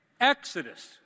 Exodus